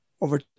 over